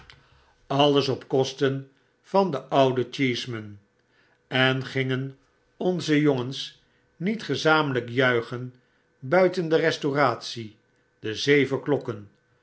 alles op kosten van den ouden cheeseman en gingen onze jongens niet gezamenlyk juichen buiten de restauratie de zeven klokken